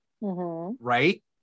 right